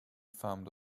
found